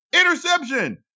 interception